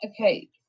okay